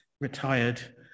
Retired